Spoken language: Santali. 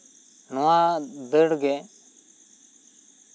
ᱱᱚᱶᱟ ᱫᱟᱹᱲ ᱜᱮ